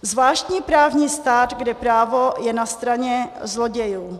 Zvláštní právní stát, kde právo je na straně zlodějů.